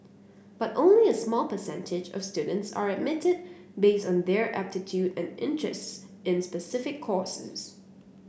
but only a small percentage of students are admitted based on their aptitude and interests in specific